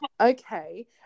okay